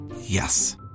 Yes